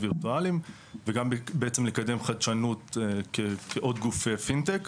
וירטואליים וגם בעצם לקדם חדשנות כעוד גוף פינטק.